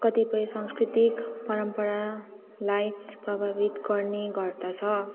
कतिपय सांस्कृतिक परम्परालाई प्रभावित गर्ने गर्दछ